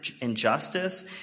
injustice